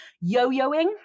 yo-yoing